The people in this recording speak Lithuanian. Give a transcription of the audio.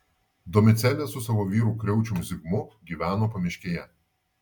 domicėlė su savo vyru kriaučium zigmu gyveno pamiškėje